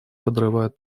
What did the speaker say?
подрывают